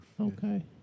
Okay